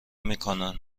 میکنن